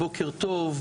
בוקר טוב,